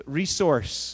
resource